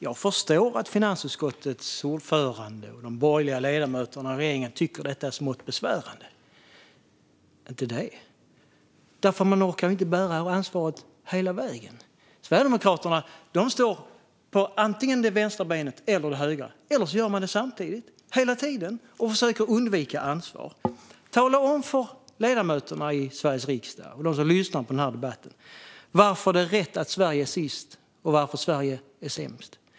Jag förstår att finansutskottets ordförande, de borgerliga ledamöterna och regeringen tycker att detta är smått besvärande. Man orkar ju inte bära ansvaret hela vägen. Sverigedemokraterna står på antingen det vänstra eller det högra benet, eller båda två samtidigt, och försöker undvika ansvar. Tala om för ledamöterna i Sveriges riksdag och dem som lyssnar på den här debatten varför det är rätt att Sverige är sist och sämst!